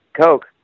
Coke